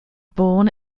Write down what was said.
born